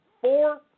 four